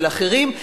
של אחרים,